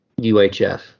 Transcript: UHF